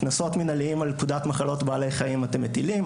קנסות מנהליים על פקודת מחלות בעלי חיים אתם מטילים,